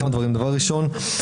דבר ראשון,